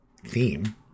theme